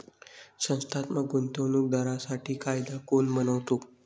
संस्थात्मक गुंतवणूक दारांसाठी कायदा कोण बनवतो?